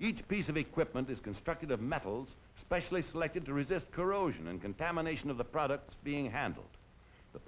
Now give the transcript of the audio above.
each piece of equipment is constructed of metals specially selected to resist corrosion and contamination of the products being handled the